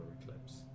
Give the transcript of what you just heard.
eclipse